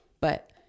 But-